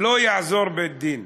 לא יעזור בית-דין,